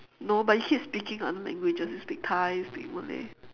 no but you keep speaking other languages you speak thai you speak malay